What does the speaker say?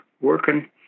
working